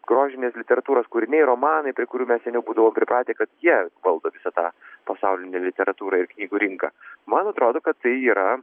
grožinės literatūros kūriniai romanai prie kurių mes seniau būdavom pripratę kad jie valdo visą tą pasaulinę literatūrą ir knygų rinką man atrodo kad tai yra